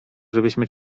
żebyśmy